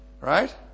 Right